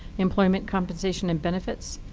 employment compensation and benefits,